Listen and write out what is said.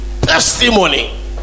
testimony